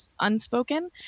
unspoken